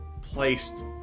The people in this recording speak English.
placed